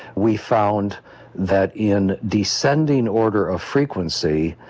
we found that in descending order of frequency,